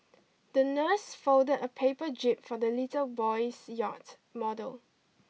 the nurse folded a paper jib for the little boy's yacht model